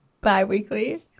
bi-weekly